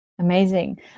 Amazing